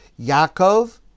Yaakov